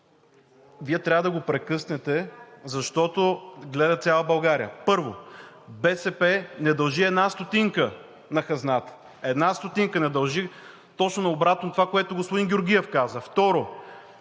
Вие трябва да го прекъснете, защото гледа цяла България. Първо, БСП не дължи една стотинка на хазната, една стотинка не дължи – точно обратното на това, което господин Георгиев каза.